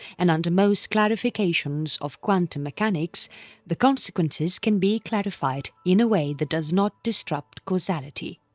and under most clarifications of quantum mechanics the consequences can be clarified in a way that does not disrupt causality.